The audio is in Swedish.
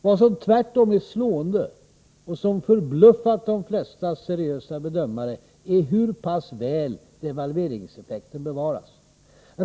Vad som tvärtom är slående, och som förbluffat de flesta seriösa bedömare, är hur pass väl devalveringseffekten bevaras.